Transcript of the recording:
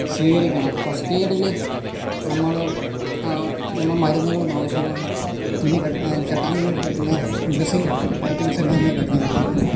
സ്വീകരിക്കണം ഫസ്റ്റെയ്ഡില് നമ്മള് മരുന്ന്കളും ആവശ്യമായ തുന്നിക്കെട്ട് കെട്ടാൻ വേണ്ടിട്ട് പറ്റുന്ന ഡ്രസ്സിംഗ് ഐറ്റംസെല്ലാം നമ്മള് കരുതണം